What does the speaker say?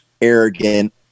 arrogant